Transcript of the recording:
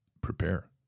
prepare